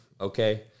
Okay